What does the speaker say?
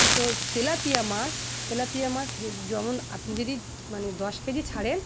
কিন্তু তেলাপিয়া মাছ তেলাপিয়া মাছ যেমন আপনি যদি মানে দশ কেজি ছাড়েন